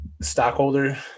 stockholder